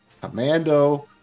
Commando